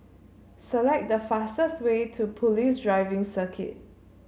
select the fastest way to Police Driving Circuit